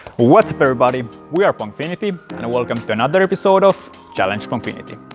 what's up everybody! we are pongfinity and welcome to another episode of challenge pongfinity.